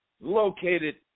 located